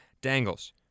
Dangles